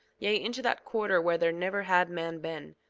yea, into that quarter where there never had man been.